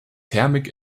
thermik